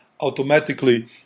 automatically